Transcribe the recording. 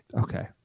Okay